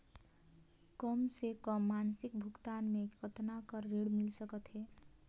कम से कम मासिक भुगतान मे कतना कर ऋण मिल सकथे?